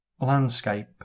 landscape